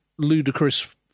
ludicrous